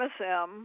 MSM